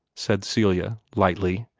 said celia, lightly.